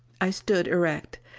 i stood erect.